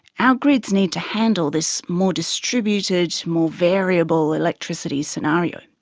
our grids needs to handle this more distributed, more variable electricity scenario.